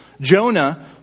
Jonah